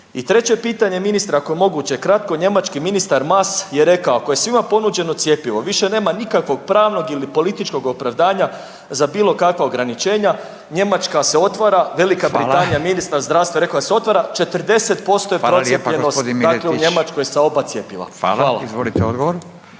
I treće pitanje ministre ako je moguće kratko, njemački ministar Maas je rekao ako je svima ponuđeno cjepivo više nema nikakvog pravnog ili političkog opravdanja za bilo kakva ograničenja, Njemačka se otvara, Velika Britanija ministar zdravstva da se otvara, 40% je procijepljenost u Njemačkoj sa oba cjepiva. **Radin, Furio